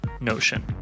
Notion